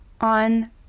on